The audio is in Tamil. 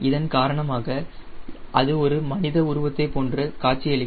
இதன் காரணமாக அது ஒரு மனித உருவத்தைப் போன்று காட்சி அளிக்கும்